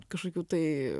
kažkokių tai